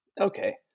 Okay